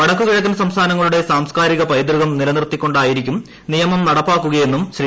വടക്കു കിഴക്കൻ സംസ്ഥാനങ്ങളുടെ സാംസ്കാരിക പൈതൃകം നിലനിർത്തിക്കൊണ്ടായിരിക്കും നിയമം നടപ്പാക്കുകയെന്നും ശ്രീ